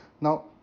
now